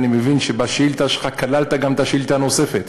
אני מבין שבשאילתה שלך כללת גם את השאילתה הנוספת.